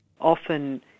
often